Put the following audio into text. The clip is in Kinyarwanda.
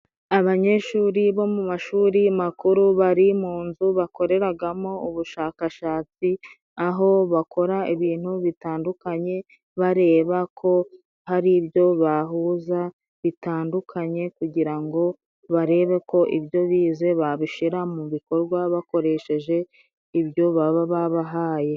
Abanyeshuri bo mu mashuri makuru bari mu nzu bakoreragamo ubushakashatsi, aho bakora ibintu bitandukanye bareba ko hari ibyo bahuza bitandukanye kugira ngo barebe ko ibyo bize babishira mu bikorwa bakoresheje ibyo baba babahaye.